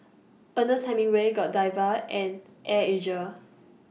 Ernest Hemingway Godiva and Air Asia